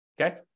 okay